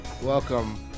Welcome